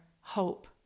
hope